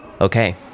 Okay